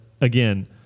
again